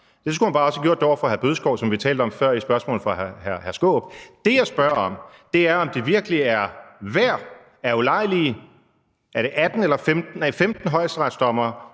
så skulle man også bare have gjort det over for hr. Morten Bødskov, som vi talte om før i spørgsmålet fra hr. Peter Skaarup. Det, jeg spørger om, er, om det virkelig er værd at ulejlige 15 højesteretsdommere